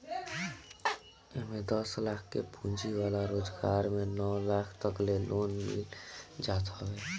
एमे दस लाख के पूंजी वाला रोजगार में नौ लाख तकले लोन मिल जात हवे